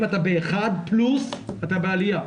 אם אתה ב-1 פלוס, אתה בעליה.